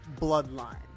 bloodline